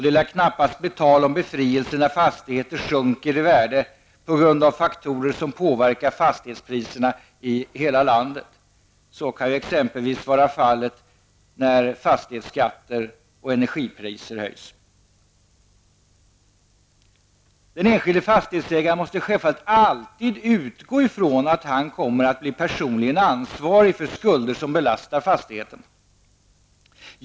Det lär knappast bli tal om befrielse när fastigheter sjunker i värde på grund av faktorer som påverkar fastighetspriserna i hela landet. Så kan ju exempelvis vara fallet när fastighetsskatter och energipriser höjs. Den enskilde fastighetsägaren måste självfallet alltid utgå ifrån att han kommer att bli personligen ansvarig för skulder som belastar fastigheten.